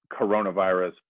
coronavirus